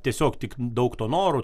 tiesiog tik daug to noro